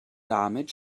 damit